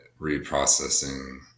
reprocessing